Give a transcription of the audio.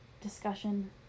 discussion